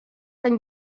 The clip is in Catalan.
tan